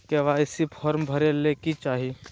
KYC form भरे ले कि चाही?